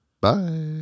bye